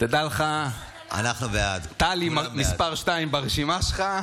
תדע לך, טלי מספר שתיים ברשימה שלך,